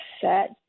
set